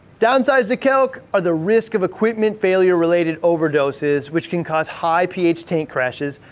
downsides the kalk are the risk of equipment failure related overdoses, which can cause high ph tank crashes,